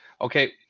Okay